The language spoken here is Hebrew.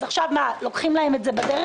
אז למה עכשיו לוקחים להם את זה בעמלה?